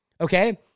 Okay